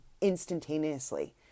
instantaneously